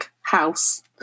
house